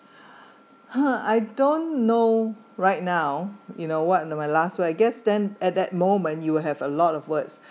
!huh! I don't know right now you know what my last where I guess then at that moment you will have a lot of words